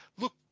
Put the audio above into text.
look